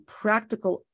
practical